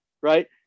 right